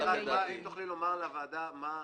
האם תוכלי לומר לוועדה מה הדרגה.